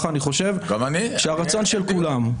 אני חושב שזה הרצון של כולם.